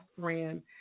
friend